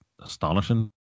astonishing